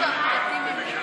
381 נתקבלו.